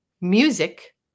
music